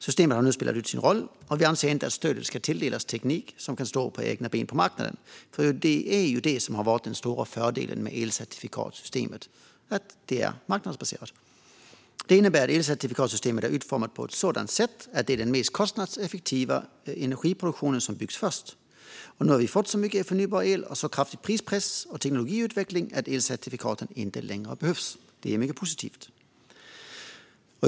Systemet har nu spelat ut sin roll. Och vi anser inte att stödet ska tilldelas teknik som kan stå på egna ben på marknaden, för det som har varit den stora fördelen med elcertifikatssystemet är ju att det är marknadsbaserat. Det innebär att elcertifikatssystemet är utformat på ett sådant sätt att det är den mest kostnadseffektiva energiproduktionen som byggs först. Vi har nu fått så mycket förnybar el och så kraftig prispress och teknologiutveckling att elcertifikaten inte längre behövs. Det är mycket positivt.